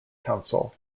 council